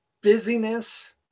busyness